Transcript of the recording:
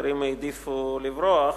האחרים העדיפו לברוח.